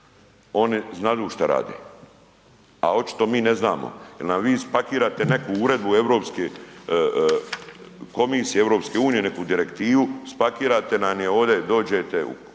oni znadu šta rade, a očito mi ne znamo jel nam vi spakirate neku uredbu Europske komisije, EU neku direktivu, spakirate nam je ovdje, dođete